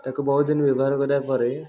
ତାକୁ ବହୁତ ଦିନ ବ୍ୟବହାର କରିବା ପରେ